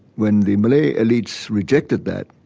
when the malay elites rejected that,